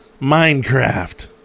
minecraft